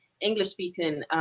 English-speaking